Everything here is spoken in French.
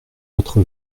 votre